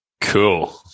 Cool